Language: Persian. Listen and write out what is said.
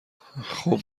خوب